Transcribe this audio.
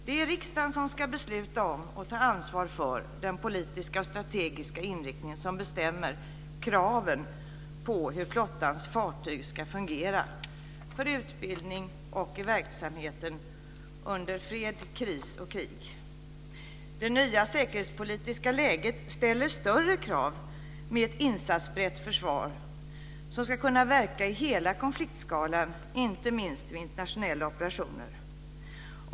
Det är riksdagen som ska besluta om och ta ansvar för den politiska och strategiska inriktning som bestämmer kraven på hur flottans fartyg ska fungera för utbildning och i verksamheten under fred, kris och krig. Det nya säkerhetspolitiska läget ställer större krav på ett insatsberett försvar som ska kunna verka i hela konfliktskalan, och inte minst vid internationella operationer.